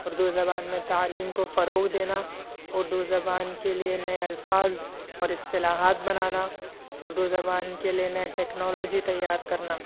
اردو زبان میں تعلیم کو فروغ دینا اردو زبان کے لیے نئے الفاظ اور اصطلاحات بنانا اردو زبان کے لیے نئے ٹیکنالوجی تیار کرنا